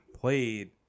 played